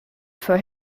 for